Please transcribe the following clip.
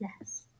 Yes